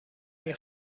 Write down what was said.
نمی